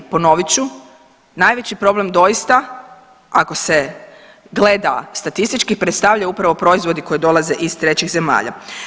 Ponovit ću, najveći problem doista ako se gleda statistički predstavljaju upravo proizvodi koji dolaze iz trećih zemalja.